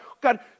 God